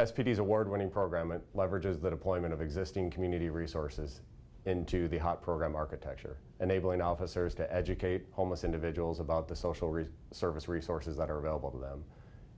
as petey's award winning program and leverage is that employment of existing community resources into the hot program architecture and able in officers to educate homeless individuals about the social research service resources that are available to them